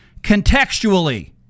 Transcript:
contextually